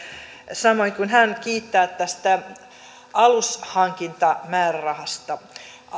samoin kuin hän kiittää tästä alushankintamäärärahasta